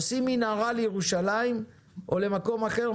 עושים מנהרה לירושלים או למקום אחר,